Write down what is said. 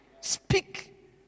Speak